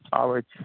आबै छी